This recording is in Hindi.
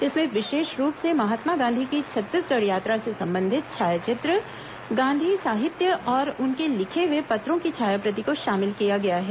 इसमें विशेष रूप से महात्मा गांधी की छत्तीसगढ़ यात्रा से संबंधित छायाचित्र गांधी साहित्य और उनके लिखे हुए पत्रों की छायाप्रति को शामिल किया गया है